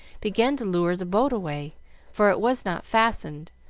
began to lure the boat away for it was not fastened,